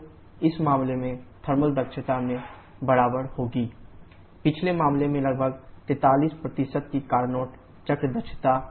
तो इस मामले में थर्मल दक्षता के बराबर होगी thWnetqB3613 पिछले मामले में लगभग 43 की कारनोट चक्र दक्षता